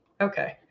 Okay